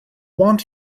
want